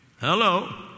Hello